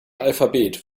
alphabet